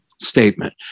Statement